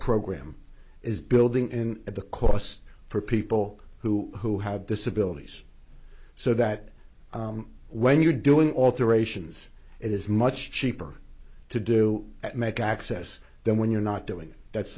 program is building in the costs for people who who have disabilities so that when you're doing alterations it is much cheaper to do that make access then when you're not doing that's